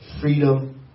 freedom